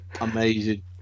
amazing